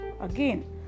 again